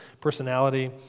personality